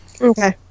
Okay